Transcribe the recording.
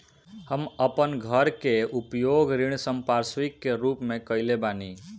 हम अपन घर के उपयोग ऋण संपार्श्विक के रूप में कईले बानी